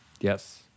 Yes